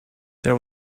there